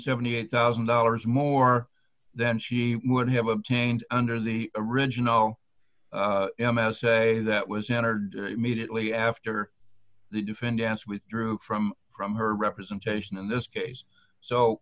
seventy eight thousand dollars more than she would have obtained under the original m s a that was entered mediately after the defendants withdrew from from her representation in this case